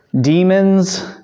demons